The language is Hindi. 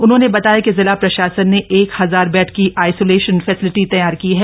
उन्होंने बताया कि जिला प्रशासन ने एक हजार बेड की आइसोलेशन फैसिलिटी तैयार की है